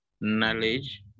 knowledge